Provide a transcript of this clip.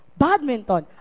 badminton